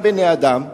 גם בעיני האדם,